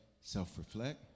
Self-reflect